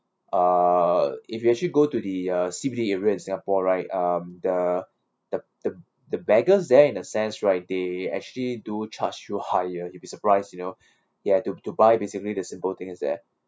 uh if you actually go to the uh C_B_D area in singapore right um the the the the beggars there in a sense right they actually do charge you higher you'll be surprised you know ys to to buy basically the simple things there